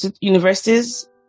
Universities